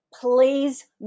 please